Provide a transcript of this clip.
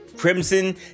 Crimson